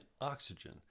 oxygen